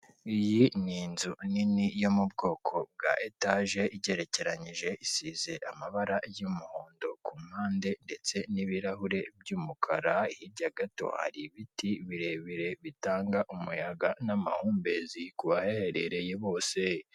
Iyi ni inzu nini yo mu bwoko bwa etage igerekeranyije, isize amabara y'umuhondo ku mpande ndetse n'ibirahure by'umukara. Hirya gato hari ibiti birebire bitanga umuyaga n'amahumbezi kubahaherereye bose.